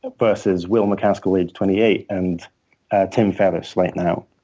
ah versus will macaskill, age twenty eight, and tim ferriss right now.